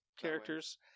Characters